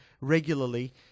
regularly